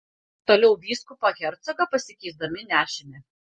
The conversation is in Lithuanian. toliau vyskupą hercogą pasikeisdami nešėme